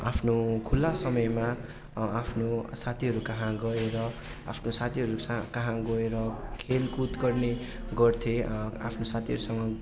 आफ्नो खुल्ला समयमा आफ्नो साथीहरू कहाँ गएर आफ्नो साथीहरू स कहाँ गएर खेलकुद गर्ने गर्थेँ आफ्नो साथीहरूसँग